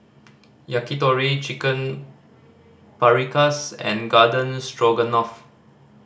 Yakitori Chicken Paprikas and Garden Stroganoff